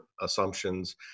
assumptions